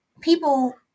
people